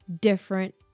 different